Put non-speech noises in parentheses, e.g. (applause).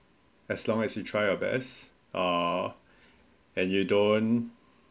as long as you try your best uh (breath) and you don't